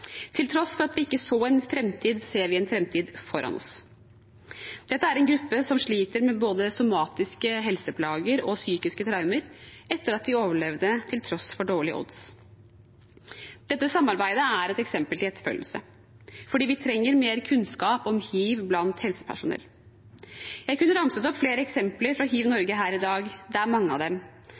til tross for at vi ikke så en framtid, ser vi en framtid foran oss. Dette er en gruppe som sliter med både somatiske helseplager og psykiske traumer etter at de overlevde til tross for dårlige odds. Dette samarbeidet er et eksempel til etterfølgelse, for vi trenger mer kunnskap om hiv blant helsepersonell. Jeg kunne ramset opp flere eksempler fra HivNorge her i dag, det er mange av dem.